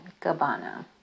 Gabbana